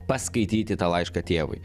paskaityti tą laišką tėvui